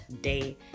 day